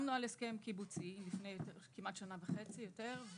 חתמנו על הסכם קיבוצי לפני כמעט שנה וחצי, יותר.